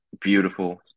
beautiful